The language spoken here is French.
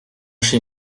chez